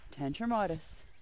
tantrumitis